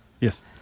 Yes